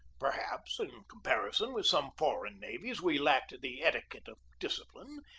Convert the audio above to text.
perhaps, in comparison with some foreign navies, we lacked the etiquette of discipline,